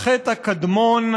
החטא הקדמון,